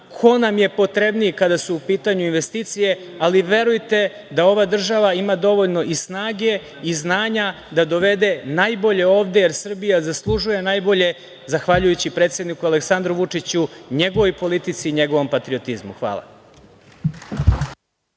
ko nam je potrebniji kada su u pitanju investicije, ali verujte da ova država ima dovoljno i snage i znanja da dovede najbolje ovde, jer Srbija zaslužuje najbolje zahvaljujući predsedniku Aleksandru Vučiću, njegovoj politici i njegovom patriotizmu. Hvala.